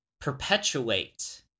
perpetuate